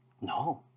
No